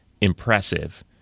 impressive